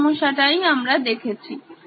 এই সমস্যাটাই আমরা দেখছি